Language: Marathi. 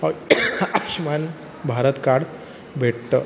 आ आयुष्यमान भारत कार्ड भेटतं